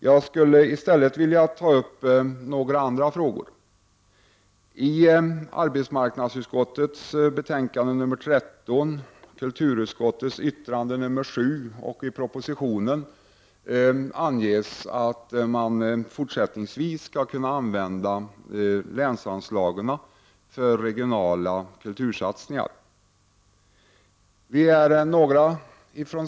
Jag skulle i stället ta upp några andra frågor. I arbetsmarknadsutskottets betänkande 13, kulturutskottets yttrande nr 7 och i propositionen anges att man fortsättningsvis skall kunna använda länsanslagen för regionala kultursatsningar.